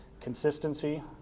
Consistency